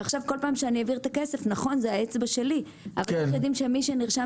ועכשיו כול פעם שאני אעביר את הכסף זו האצבע שלי אבל יודעים שמי שנרשם